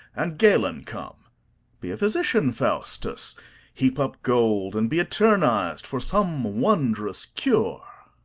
and galen come be a physician, faustus heap up gold, and be eterniz'd for some wondrous cure